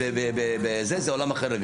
זה עולם אחר לגמרי,